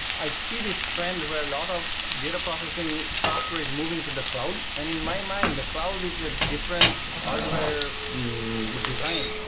i see this trend where a lot of data processing software is moving to the cloud. and in my mind, the cloud is a different hardware design,